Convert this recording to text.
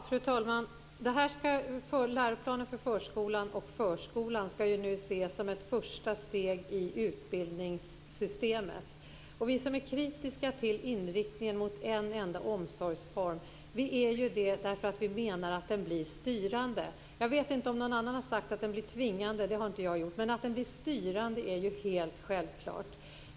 Fru talman! Läroplanen för förskolan och förskolan skall ses som ett första steg i utbildningssystemet. Vi som är kritiska till inriktningen mot en enda omsorgsform är det därför att vi menar att den blir styrande. Jag vet inte om någon annan har sagt att den blir tvingande - det har inte jag gjort - men att den blir styrande är helt självklart.